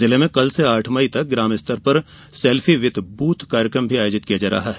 जिले में कल से आठ मई तक ग्रामस्तर पर सेल्फी विद बूथ कार्यक्रम आयोजित किया जा रहा है